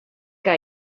que